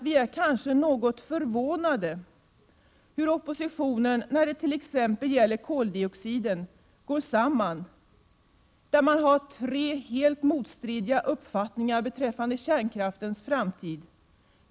Vi är kanske något förvånade över hur oppositionen när det exempelvis gäller koldioxiden går samman, men har tre helt motstridiga uppfattningar beträffande kärnkraftens framtid.